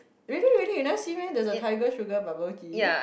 really really you never see meh there is a tiger sugar bubble tea